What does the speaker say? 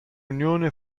unione